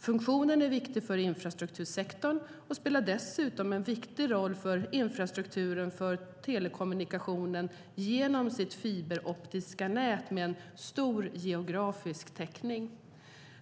Funktionen är viktig för infrastruktursektorn och spelar dessutom en viktig roll för infrastrukturen för telekommunikation genom sitt fiberoptiska nät med stor geografisk täckning.